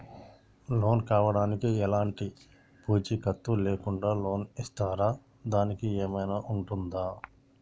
Loan కావడానికి ఎలాంటి పూచీకత్తు లేకుండా లోన్ ఇస్తారా దానికి ఏమైనా ఉంటుందా?